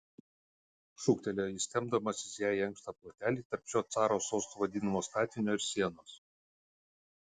šūktelėjo jis tempdamasis ją į ankštą plotelį tarp šio caro sostu vadinamo statinio ir sienos